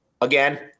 again